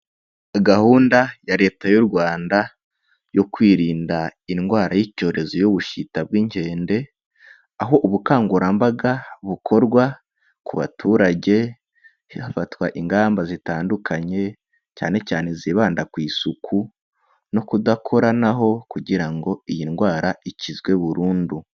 Gahunda ya Leta y'u Rwanda yo kwirinda indwara y'icyorezo y'ubushita bw'inkende, aho ubukangurambaga bukorwa ku baturage hafatwa ingamba zitandukanye, cyane cyane zibanda ku isuku no kudakoranaho, kugira ngo iyi ndwara ikizwe burundu.